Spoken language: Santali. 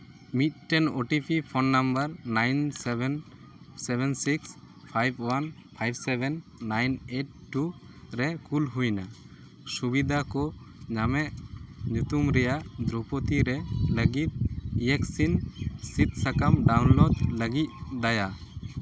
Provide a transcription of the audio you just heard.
ᱢᱤᱫᱴᱮᱱ O T P phone number nine seven seven six five one five seven nine eight two ᱨᱮ ᱠᱩᱞ ᱦᱩᱭ ᱮᱱᱟ ᱥᱩᱵᱤᱫᱷᱟ ᱠᱚ ᱧᱟᱢᱮᱫ ᱧᱩᱛᱩᱢ ᱨᱮᱭᱟᱜ ᱫᱨᱳᱯᱚᱫᱤ ᱨᱮ ᱞᱟᱹᱜᱤᱫ ᱤᱭᱮᱠᱥᱤᱱ ᱥᱤᱫᱽ ᱥᱟᱠᱟᱢ ᱰᱟᱣᱩᱱᱞᱳᱰ ᱞᱟᱹᱜᱤᱫ ᱫᱟᱭᱟ